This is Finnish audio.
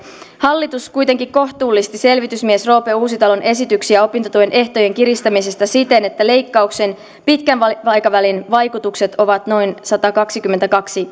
hallitus kuitenkin kohtuullisti selvitysmies roope uusitalon esityksiä opintotuen ehtojen kiristämisestä siten että leikkauksien pitkän aikavälin vaikutukset ovat noin satakaksikymmentäkaksi